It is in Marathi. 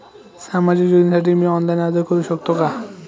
सामाजिक योजनेसाठी मी ऑनलाइन अर्ज करू शकतो का?